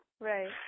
Right